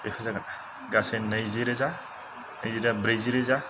बेफोर जागोन गासै नैजि रोजा ओरैजाय ब्रैजि रोजा